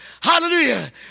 Hallelujah